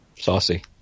Saucy